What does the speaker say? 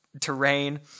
terrain